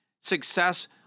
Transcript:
Success